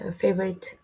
favorite